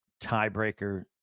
tiebreaker